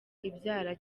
ibyara